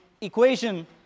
equation